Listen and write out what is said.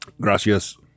Gracias